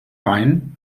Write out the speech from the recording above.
rhein